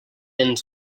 ends